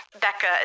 Becca